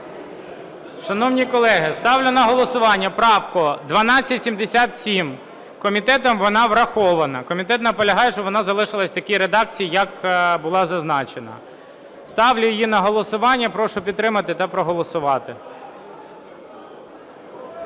Шановні колеги, ставлю на голосування правку 1277. Комітетом вона врахована. Комітет наполягає, щоб вона залишилася в такій редакції, як була зазначена. Ставлю її на голосування, прошу підтримати та проголосувати.